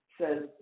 says